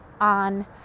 on